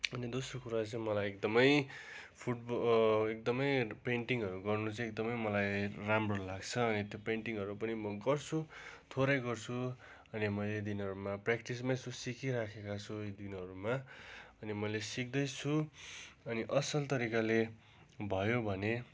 अनि दोस्रो कुरा चाहिँ मलाई एकदमै फुट एकदमै पेन्टिङहरू गर्नु चाहिँ एकदमै मलाई राम्रो लाग्छ अनि त्यो पेन्टिङहरू पनि म गर्छु थोरै गर्छु अनि मैले यी दिनहरूमा प्रेक्टिसमै छु सिकिराखेको छु यी दिनहरूमा अनि मैले सिक्दैछु अनि असल तरिकाले भयो भने